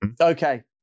Okay